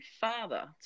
father